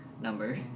number